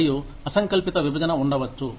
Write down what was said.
మరియు అసంకల్పిత విభజన ఉండవచ్చు